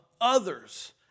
others